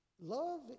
Love